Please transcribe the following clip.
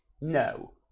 No